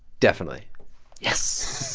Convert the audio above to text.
definitely yes